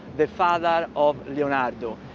the father of leonardo.